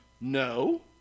No